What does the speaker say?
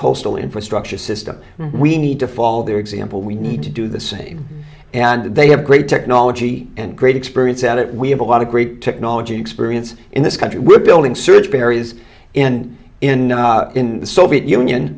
coastal infrastructure system we need to fall their example we need to do the same and they have great technology and great experience at it we have a lot of great technology experience in this country we're building search berries and in the soviet union